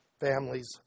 families